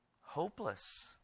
Hopeless